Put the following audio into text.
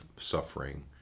suffering